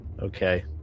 Okay